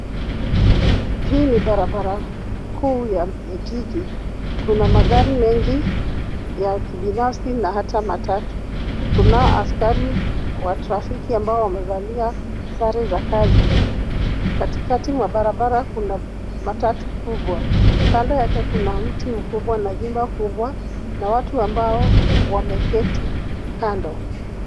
Hii ni barabara kuu ya jiji. Kuna magari mengi ya kibinafsi na hata matatu. Kunao askari wa trafiki ambao wamevalia sare za kazi. Katikati mwa barabara kuna matatu kubwa. Kando yake kuna mti mkubwa na jumba kubwa na watu ambao wameketi kando.